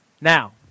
Now